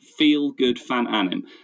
feelgoodfananim